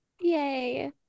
yay